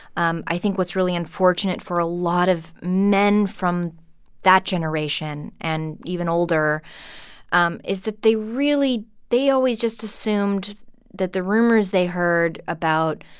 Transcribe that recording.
um i think what's really unfortunate for a lot of men from that generation and even older um is that they really they always just assumed that the rumors they heard about,